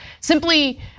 simply